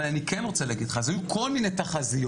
אני כן רוצה להגיד לך, היו כל מיני תחזיות.